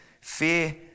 Fear